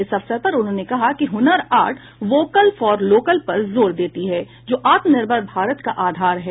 इस अवसर पर उन्होंने कहा कि Hunar Haat vocal for local पर जोर देती है जो आत्मनिर्भर भारत का आधार है